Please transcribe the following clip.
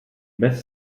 best